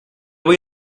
voy